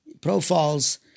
profiles